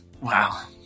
Wow